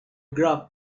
graph